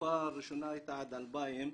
התקופה הראשונה הייתה עד 2000,